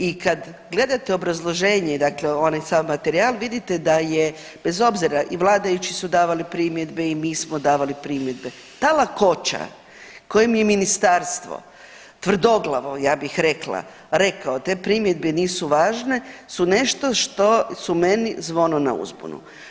I kada gledate obrazloženje dakle onaj sav materijal vidite da je bez obzira i vladajući su davali primjedbe i mi smo davali primjedbe, ta lakoća kojim je Ministarstvo tvrdoglavo ja bih rekla rekao te primjedbe nisu važne su nešto što su meni zvono na uzbunu.